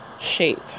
shape